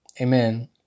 Amen